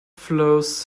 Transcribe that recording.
flows